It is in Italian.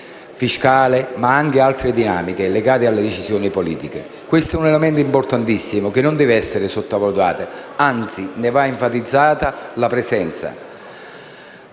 fiscale, ma anche altre dinamiche legate alle decisioni politiche. Questo è un elemento importantissimo che non deve essere sottovalutato e anzi ne va enfatizzata la presenza,